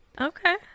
Okay